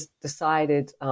decided